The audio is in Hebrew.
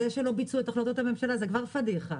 זה שלא ביצעו את החלטות הממשלה זה כבר פדיחה.